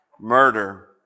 Murder